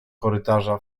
korytarza